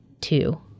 two